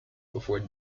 before